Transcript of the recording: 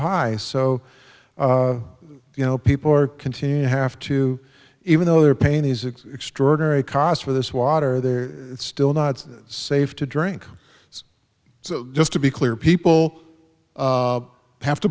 high so you know people are continuing to have to even though their pain is extraordinary cost for this water they're still not safe to drink so just to be clear people have to